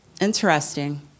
interesting